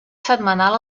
setmanal